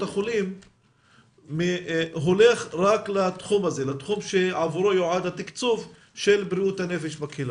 החולים הולך רק לתחום שעבורו יועד התקצוב של בריאות הנפש בקהילה.